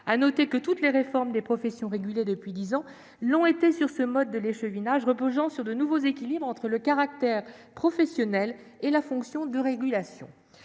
à noter que toutes les réformes des professions régulées depuis dix ans ont été réalisées sur le mode de l'échevinage, reposant sur de nouveaux équilibres entre le caractère professionnel et la fonction de régulation.